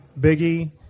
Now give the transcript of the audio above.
Biggie